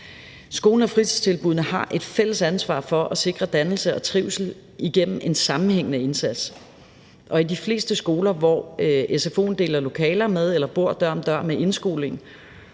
Skolen og fritidstilbuddene har et fælles ansvar for at sikre dannelse og trivsel igennem en sammenhængende indsats, og i de fleste skoler, hvor sfo'en deler lokaler med eller bor dør om dør med indskolingen,